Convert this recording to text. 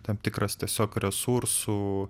tam tikras tiesiog resursų